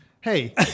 Hey